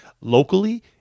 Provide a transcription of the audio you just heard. locally